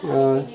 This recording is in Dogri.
अं